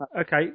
Okay